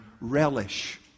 Relish